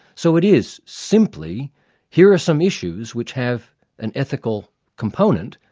so it is simply here are some issues, which have an ethical component,